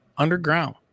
underground